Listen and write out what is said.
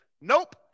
nope